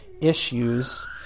issues